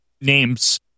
names